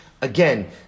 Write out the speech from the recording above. again